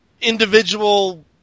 individual